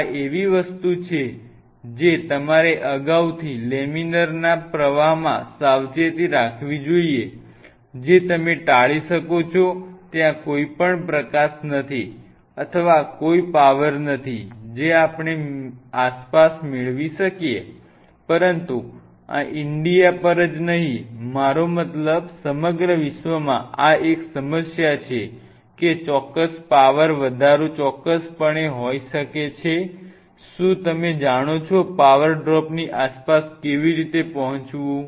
આ એવી વસ્તુ છે જે તમારે અગાઉથી લેમિનારના પ્રવાહમાં સાવચેતી રાખવી જોઈએ જે તમે ટાળી શકો છો ત્યાં કોઈ પ્રકાશ નથી અથવા કોઈ પાવર નથી જે આપણે આસપાસ મેળવી શકીએ પરંતુ આ ઇન્ડિયા પર જ નહિં મારો મતલબ સમગ્ર વિશ્વમાં આ એક સમસ્યા છે કે ચોક્કસ પાવર વધારો ચોક્કસપણે હોઈ શકે છે શું તમે જાણો છો પાવર ડ્રોપની આસપાસ કેવી રીતે પહોંચવું